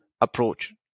approach